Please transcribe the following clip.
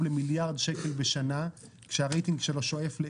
למיליארד שקלים בשנה כאשר הרייטינג שלו שואף לאפס.